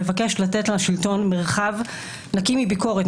מבקש לתת לשלטון מרחב נקי מביקורת,